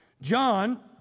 John